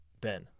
ben